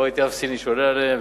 לא ראיתי אף סיני שעולה עליהם,